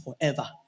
forever